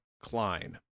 Klein